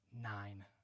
nine